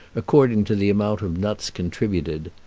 according to the amount of nuts contributed.